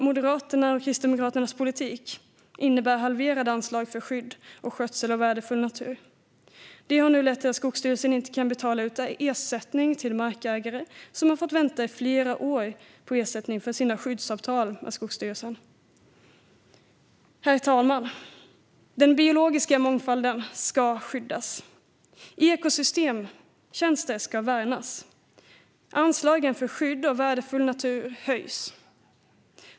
Moderaternas och Kristdemokraternas politik innebär halverade anslag för skydd och skötsel av värdefull natur. Det har nu lett till att Skogsstyrelsen inte kan betala ut ersättning till markägare som har fått vänta i flera år på ersättning för sina skyddsavtal med Skogsstyrelsen. Herr talman! Den biologiska mångfalden ska skyddas. Ekosystemtjänster ska värnas. Anslagen för skydd av värdefull natur ska höjas.